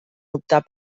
optar